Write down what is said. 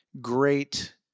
great